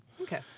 Okay